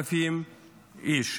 כ-8,000 איש.